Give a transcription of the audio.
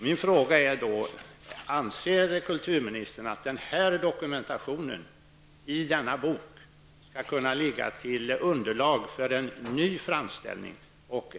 Min fråga är då: Anser kulturministern att dokumentationen i denna bok skall kunna utgöra underlag för en ny framställning?